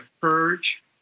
purge